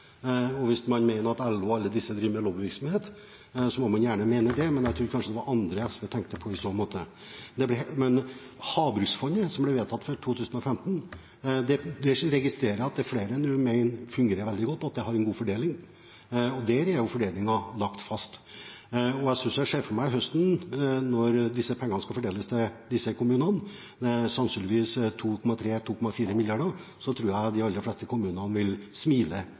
Hvis man mener at LO og alle disse driver med lobbyvirksomhet, må man gjerne det, men jeg tror kanskje det var andre SV tenkte på i så måte. Når det gjelder Havbruksfondet, som ble vedtatt i 2015, registrerer jeg at flere nå mener at det fungerer veldig godt, at det har en god fordeling. Der er fordelingen fastlagt. Jeg synes jeg ser det for meg til høsten når pengene skal fordeles til disse kommunene, sannsynligvis 2,3–2,4 mrd. kr: Jeg tror de aller fleste kommunene vil smile